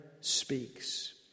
speaks